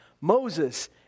Moses